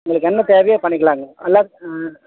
உங்களுக்கு என்ன தேவையோ அதை பண்ணிக்கலாங்க எல்லாத்து ஆ